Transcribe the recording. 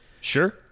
Sure